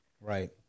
right